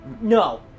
No